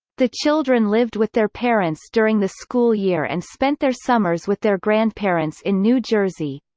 the children lived with their parents during the school year and spent their summers with their grandparents in new jersey.